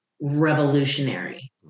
revolutionary